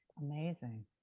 Amazing